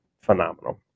phenomenal